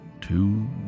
two